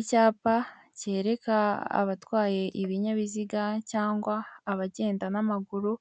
Icyapa cyereka abatwaye ibinyabiziga cyangwa abagenda n'amaguru.